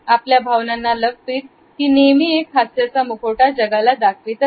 आपल्या भावनांना लपवीत ती नेहमी एक हास्याचा मुखवटा जगाला दाखवित असते